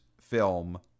film